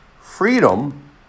freedom